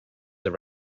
the